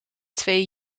twee